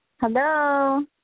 Hello